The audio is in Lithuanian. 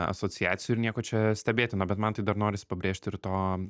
asociacijų ir nieko čia stebėtino bet man tai dar norisi pabrėžti ir to